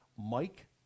Mike